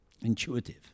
Intuitive